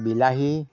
বিলাহী